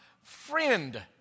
Friend